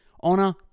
honor